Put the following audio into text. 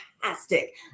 fantastic